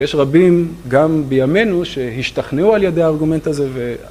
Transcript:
יש רבים, גם בימינו, שהשתכנעו על ידי הארגומנט הזה.